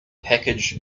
package